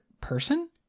person